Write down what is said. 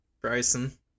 bryson